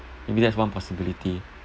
maybe that's one possibility